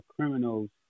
criminals